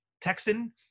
Texan